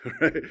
right